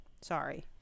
sorry